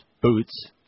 boots